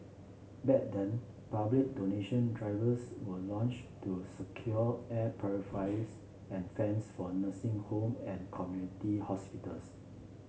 back then public donation drivers were launched to secure air purifiers and fans for nursing homes and community hospitals